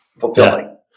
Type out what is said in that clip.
fulfilling